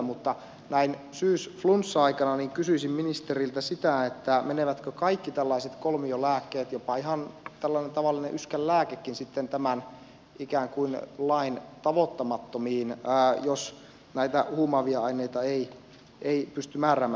mutta näin syysflunssa aikana kysyisin ministeriltä sitä menevätkö kaikki tällaiset kolmiolääkkeet jopa ihan tällainen tavallinen yskänlääkekin sitten ikään kuin lain tavoittamattomiin jos näitä huumaavia aineita ei pysty määräämään